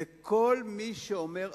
כל מי שאומר אחרת,